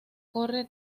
corre